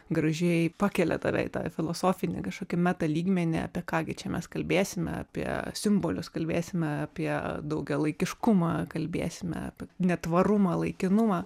gražiai pakelia tave į tą filosofinį kažkokį metalygmenį apie ką gi čia mes kalbėsime apie simbolius kalbėsime apie daugialaikiškumą kalbėsime apie netvarumą laikinumą